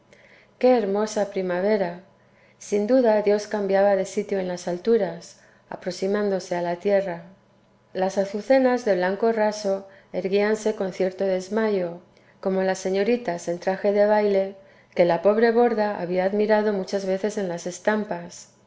qué hermosa primavera sin duda dios cambiaba de sitio en las alturas aproximándose a la tierra las azucenas de blanco raso erguíanse con cierto desmayo como las señoritas en traje de baile que la pobre borda había admirado muchas veces en las estampas